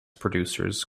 producers